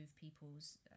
people's